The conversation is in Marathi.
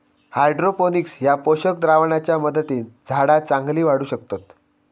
हायड्रोपोनिक्स ह्या पोषक द्रावणाच्या मदतीन झाडा चांगली वाढू शकतत